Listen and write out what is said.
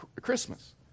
Christmas